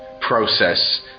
process